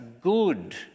good